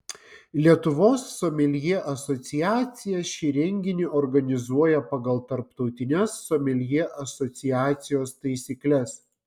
lietuvos someljė asociacija šį renginį organizuoja pagal tarptautines someljė asociacijos taisykles